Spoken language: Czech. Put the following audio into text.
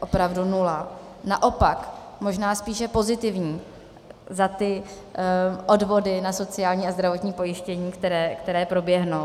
opravdu nula, naopak možná spíše pozitivní za ty odvody na sociální a zdravotní pojištění, které proběhnou.